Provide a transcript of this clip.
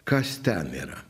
kas ten yra